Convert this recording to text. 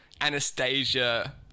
Anastasia